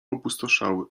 opustoszały